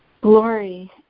glory